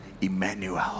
Emmanuel